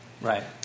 Right